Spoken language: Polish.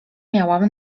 miałam